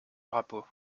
drapeaux